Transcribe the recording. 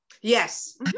Yes